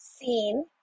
seen